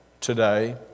today